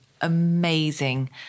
amazing